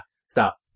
Stop